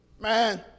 man